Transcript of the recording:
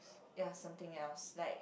ya something else like